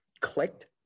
clicked